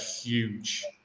huge